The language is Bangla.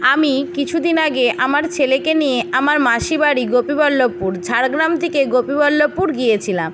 আমি কিছু দিন আগে আমার ছেলেকে নিয়ে আমার মাসিবাড়ি গোপীবল্লভপুর ঝাড়গ্রাম থেকে গোপীবল্লভপুর গিয়েছিলাম